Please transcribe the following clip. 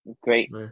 great